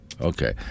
okay